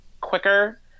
quicker –